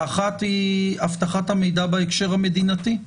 האחד, אבטחת המידע בהקשר המדינתי.